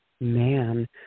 man